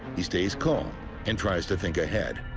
he stays calm and tries to think ahead.